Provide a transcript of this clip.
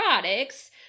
products